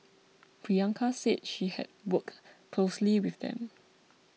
Priyanka said she had worked closely with them